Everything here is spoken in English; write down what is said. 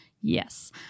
Yes